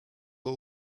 all